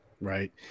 Right